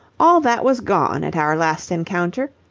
all that was gone at our last encounter.